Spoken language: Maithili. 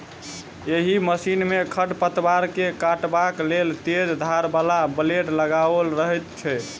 एहि मशीन मे खढ़ पतवार के काटबाक लेल तेज धार बला ब्लेड लगाओल रहैत छै